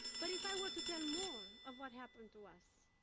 but if i were to tell more of what happened to us,